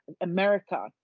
America